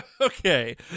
Okay